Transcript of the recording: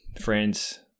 friends